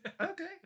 Okay